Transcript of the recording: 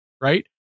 Right